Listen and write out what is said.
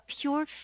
pure